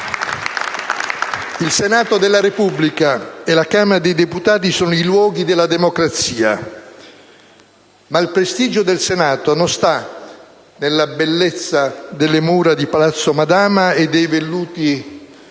Il Senato della Repubblica e la Camera dei deputati sono i luoghi della democrazia, ma il prestigio del Senato non sta nella bellezza delle mura di Palazzo Madama e dei velluti